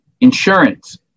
insurance